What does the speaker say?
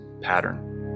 pattern